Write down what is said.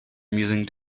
amusing